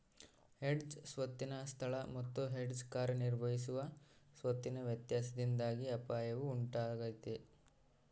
hedge ಸ್ವತ್ತಿನ ಸ್ಥಳ ಮತ್ತು ಹೆಡ್ಜ್ ಕಾರ್ಯನಿರ್ವಹಿಸುವ ಸ್ವತ್ತಿನ ವ್ಯತ್ಯಾಸದಿಂದಾಗಿ ಅಪಾಯವು ಉಂಟಾತೈತ